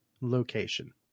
location